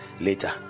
Later